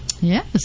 Yes